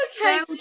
Okay